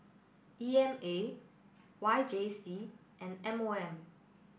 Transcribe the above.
E M A Y J C and M O M